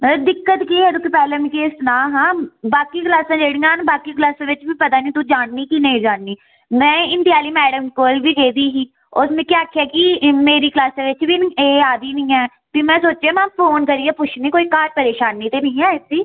दिक्कत केह् ऐ तुक्की पैह्लें मिक्की एह् सना हांऽ बाकी क्लासां जेह्ड़ियां न बाकी क्लासै च पता निं तू ज'न्नीं जां नेईं ज'न्नीं में हिंदी आह्ली मैडम कोल बी में गेदी ही उ'स मिक्की आखेआ कि मेरी क्लासै च बी एह् आ दी निं ऐ भी में सोच्चेआ में फोन करियै पुच्छनी कोई घर परेशानी ते निं है इ'सी